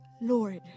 Lord